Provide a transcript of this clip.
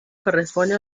corresponde